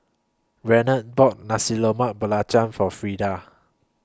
Renard bought Nasi Loma Belacan For Frieda